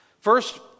First